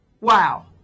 Wow